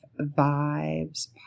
Vibes